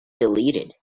deleted